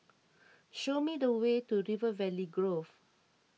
show me the way to River Valley Grove